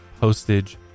postage